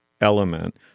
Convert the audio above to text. element